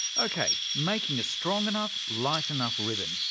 ok. making a strong enough, light enough ribbon.